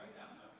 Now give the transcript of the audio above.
כבר היית עכשיו.